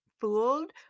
fooled